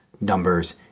numbers